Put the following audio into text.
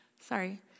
Sorry